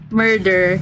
murder